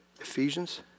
Ephesians